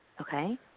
Okay